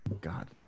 God